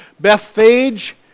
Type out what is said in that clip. Bethphage